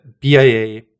BIA